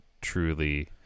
truly